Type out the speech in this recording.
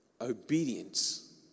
Obedience